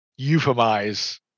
euphemize